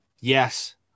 yes